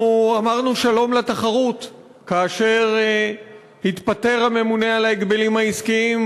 אנחנו אמרנו שלום לתחרות כאשר התפטר הממונה על ההגבלים העסקיים,